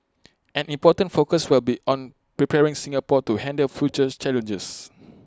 an important focus will be on preparing Singapore to handle future's challenges